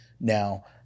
now